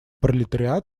пролетариат